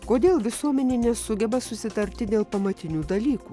kodėl visuomenė nesugeba susitarti dėl pamatinių dalykų